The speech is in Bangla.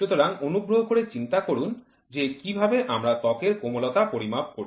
সুতরাং অনুগ্রহ করে চিন্তা করুন যে কীভাবে আমরা ত্বকের কোমলতা পরিমাপ করব